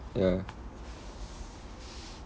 ya